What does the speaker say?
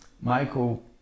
Michael